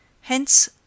Hence